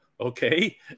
Okay